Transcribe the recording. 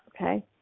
Okay